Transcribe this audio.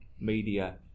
media